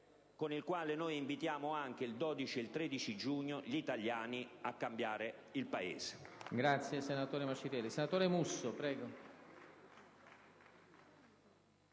con il quale invitiamo anche il 12 e il 13 giugno gli italiani a cambiare il Paese.